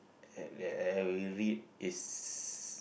that I will read is